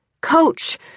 Coach